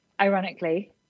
ironically